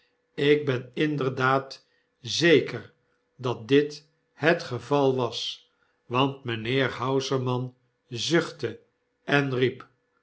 ik ben inderdaad zeker dat dit hetgevalwas want mynheer hausermann zuchtte en riep